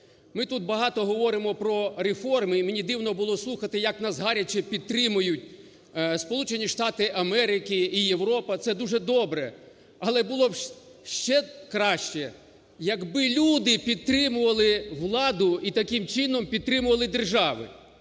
Ми тут багато говоримо про реформи, і мені дивно було слухати, як нас гаряче підтримують Сполучені Штати Америки і Європа – це дуже добре, але було б ще краще, якби люди підтримувати владу і таким чином підтримували державу.